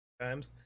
times